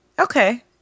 Okay